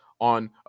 on